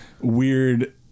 weird